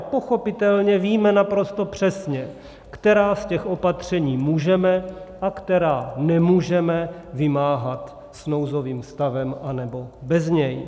Pochopitelně víme naprosto přesně, která z těch opatření můžeme a která nemůžeme vymáhat s nouzovým stavem nebo bez něj.